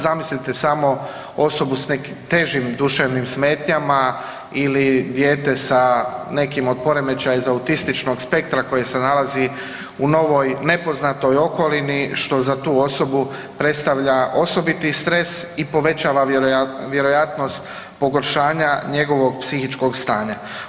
Zamislite samo osobu s težim duševnim smetnjama ili dijete sa nekim od poremećaja iz autističnog spektra koji se nalazi u novoj nepoznatoj okolini što za tu osobu predstavlja osobiti stres i povećava vjerojatnost pogoršanja njegovog psihičkog stanja.